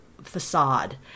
Facade